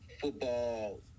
football